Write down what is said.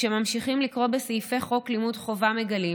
וכשממשיכים לקרוא בסעיפי חוק לימוד חובה מגלים